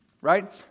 right